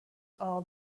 all